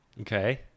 Okay